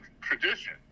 tradition